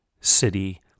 city